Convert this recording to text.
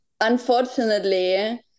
Unfortunately